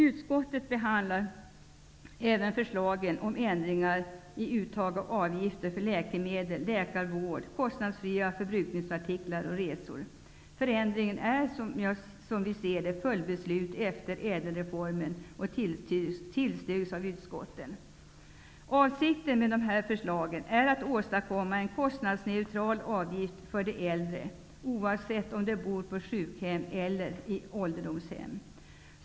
Utskottet behandlar även förslagen om ändringar i uttag av avgifter för läkemedel, läkarvård, kostnadsfria förbrukningsartiklar och resor. Dessa ändringar är, som vi ser det, följdbeslut till ÄDEL reformen, och de tillstyrks av utskottet. Avsikten med dessa förslag är att åstadkomma en kostnadsneutral avgift för de äldre, oavsett om de bor på sjukhem eller på ålderdomshem.